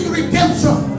redemption